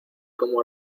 como